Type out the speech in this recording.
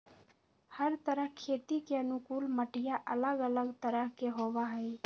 हर तरह खेती के अनुकूल मटिया अलग अलग तरह के होबा हई